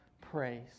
praise